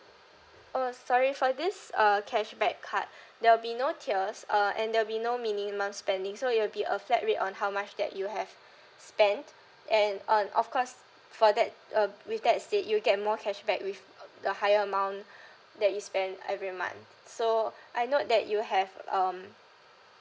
oh sorry for this uh cashback card there will be no tiers uh and there'll be no minimum spending so it will be a flat rate on how much that you have spent and on of course for that uh with that said you get more cashback with the higher amount that you spend every month so I note that you have um